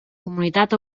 comunitat